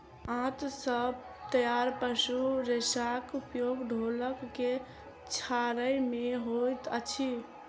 आंत सॅ तैयार पशु रेशाक उपयोग ढोलक के छाड़य मे होइत अछि